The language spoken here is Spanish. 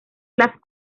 las